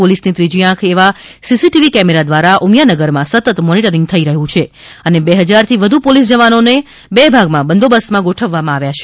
પોલીસની ત્રીજી આંખ એવા સીસીટીવી કેમેરા દ્વારા ઉમિયાનગરમાં સતત મોનીટરીંગ થઈ રહ્યું છે બે હજારથી વધુ પોલીસ જવાનોનો બે ભાગમાં બંદોબસ્ત ગોઠવવામાં આવ્યો છે